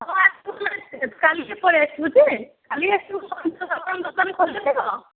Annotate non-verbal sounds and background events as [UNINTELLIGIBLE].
ହଁ ଆସିବୁ [UNINTELLIGIBLE] କାଲିକି ପଳାଇ ଆସିବୁ ଯେ କାଲି ଆସିବୁ [UNINTELLIGIBLE] ଦୋକାନ ଖୋଲିଥିବ